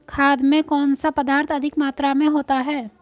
खाद में कौन सा पदार्थ अधिक मात्रा में होता है?